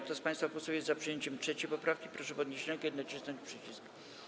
Kto z państwa posłów jest za przyjęciem 3. poprawki, proszę podnieść rękę i nacisnąć przycisk.